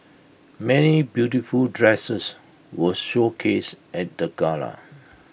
many beautiful dresses were showcased at the gala